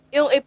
Yung